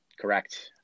correct